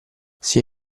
sia